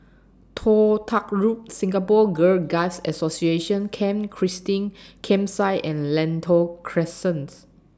Toh Tuck Road Singapore Girl Guides Association Camp Christine Campsite and Lentor Crescents